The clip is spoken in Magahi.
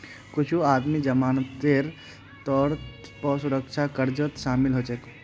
कुछू आदमी जमानतेर तौरत पौ सुरक्षा कर्जत शामिल हछेक